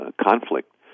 conflict